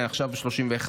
עכשיו ב-31,